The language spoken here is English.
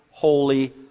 Holy